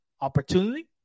opportunity